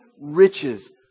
riches